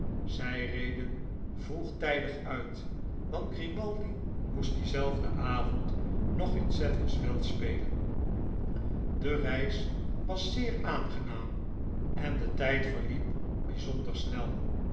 zij reden vroegtijdig uit want grimaldi moest dienzelfden avond nog in sadlers wells spelen de reis was zeer aangenaam en detijdverliep bijzonder snel